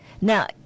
Now